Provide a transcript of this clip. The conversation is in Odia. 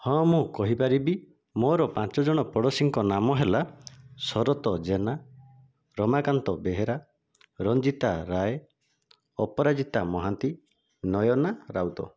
ହଁ ମୁଁ କହିପାରିବି ମୋର ପାଞ୍ଚଜଣ ପଡ଼ୋଶୀଙ୍କ ନାମ ହେଲା ଶରତ ଜେନା ରମାକାନ୍ତ ବେହେରା ରଞ୍ଜିତା ରାୟ ଅପରାଜିତା ମହାନ୍ତି ନୟନା ରାଉତ